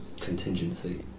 contingency